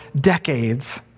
decades